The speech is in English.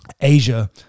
Asia